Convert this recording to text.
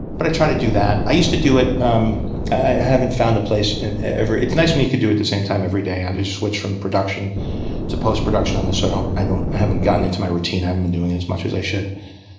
but i try to do that. i used to do it um i haven't found a place ever it's nice when you can do it the same time every day. i just switched from production to post-production on this, so i don't haven't gotten into my routine. i haven't been doing it as much as i should,